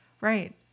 Right